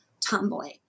Tomboy